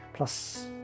plus